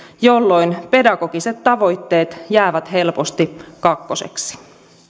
jolloin pedagogiset tavoitteet jäävät helposti kakkoseksi